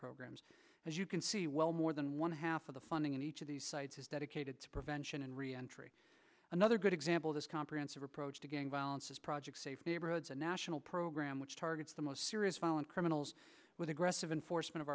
programs as you can see well more than one half of the funding in each of these sites is dedicated to prevention and re entry another good example this comprehensive approach to gang violence is project safe neighborhoods a national program which targets the most serious violent criminals with aggressive enforcement of